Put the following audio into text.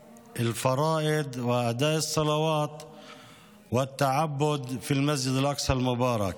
למילוי החובות הדתיות ולקיום התפילות והפולחן במסגד אל-אקצא המבורך.